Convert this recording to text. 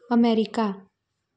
America